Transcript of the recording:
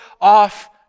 off